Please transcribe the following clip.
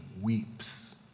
weeps